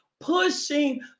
pushing